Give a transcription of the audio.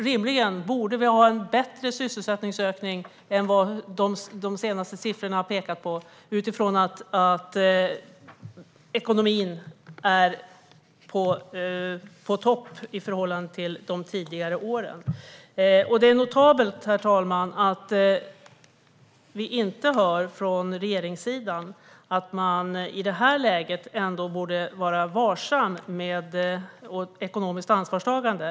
Rimligen borde vi ha en bättre sysselsättningsökning än vad de senaste siffrorna har pekat på utifrån att ekonomin är på topp i förhållande till de tidigare åren. Det är notabelt, herr talman, att vi inte hör från regeringen att man i det här läget borde vara varsam och ekonomiskt ansvarstagande.